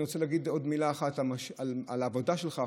אני רוצה להגיד עוד מילה אחת על העבודה שלך,